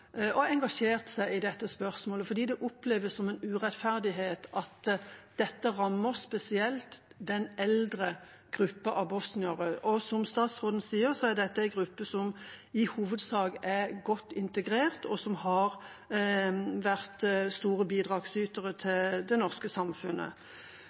har engasjert seg i dette spørsmålet, fordi det oppleves som en urettferdighet at det rammer spesielt den eldre gruppen av bosniere. Som statsråden sier, er dette en gruppe som i hovedsak er godt integrert, og som har vært store bidragsytere